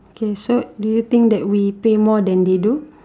okay so do you think that we pay more than they do